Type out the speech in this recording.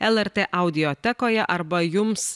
lrt audiotekoje arba jums